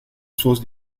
sources